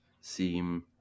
seem